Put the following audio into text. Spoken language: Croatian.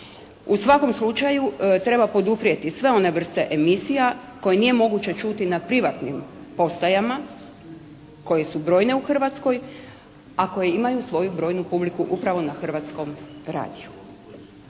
U svakom slučaju treba poduprijeti sve one vrste emisija koje nije moguće čuti na privatnim postajama, koje su brojne u Hrvatskoj, a koje imaju svoju brojnu publiku upravo na Hrvatskom radiju.